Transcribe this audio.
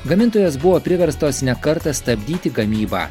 gamintojas buvo priverstas ne kartą stabdyti gamybą